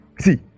see